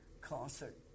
concert